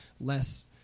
less